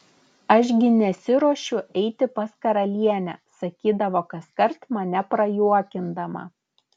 aš gi nesiruošiu eiti pas karalienę sakydavo kaskart mane prajuokindama